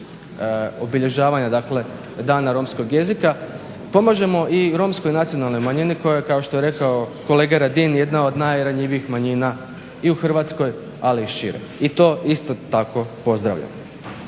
obilježavanja Dana romskog jezika pomažemo i Romskoj nacionalnoj manjini koja je kao što je rekao kolega Radin jedna od najranjivijih manjina i u Hrvatskoj ali i šire, i to isto tako pozdravljam.